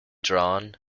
drawn